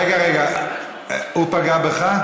רגע, הוא פגע בך?